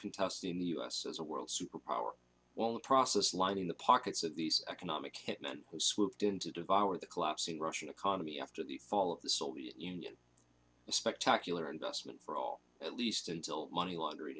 contesting the us as a world superpower while the process lining the pockets of these economic hit men who swooped in to devour the collapsing russian economy after the fall of the soviet union a spectacular investment for all at least until money laundering